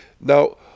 Now